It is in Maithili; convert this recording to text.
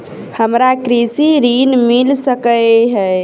हमरा कृषि ऋण मिल सकै है?